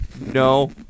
no